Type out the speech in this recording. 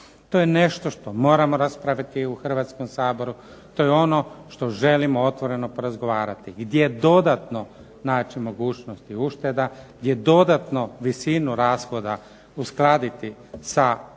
To je nešto što moramo raspraviti u Hrvatskom saboru, to je ono što želimo otvoreno porazgovarati gdje dodatno naći mogućnosti ušteda, gdje dodatno visinu rashoda uskladiti sa